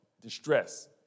distress